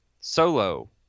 solo